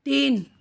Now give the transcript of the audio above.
तीन